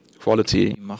quality